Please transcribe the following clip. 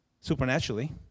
supernaturally